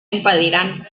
impediran